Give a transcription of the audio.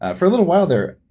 ah for a little while there,